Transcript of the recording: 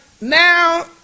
now